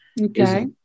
Okay